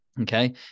okay